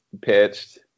pitched